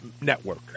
network